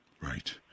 Right